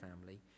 family